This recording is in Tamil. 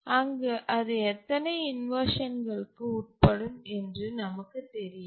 அங்கு அது எத்தனை இன்வர்ஷன்களுக்கு உட்படும் என்று நமக்குத் தெரியாது